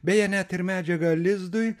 beje net ir medžiagą lizdui